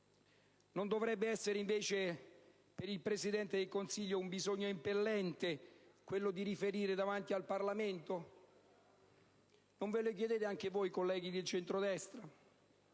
Non dovrebbe essere, invece, per il Presidente del Consiglio un bisogno impellente quello di riferire davanti al Parlamento? Non ve lo chiedete anche voi, colleghi del centrodestra?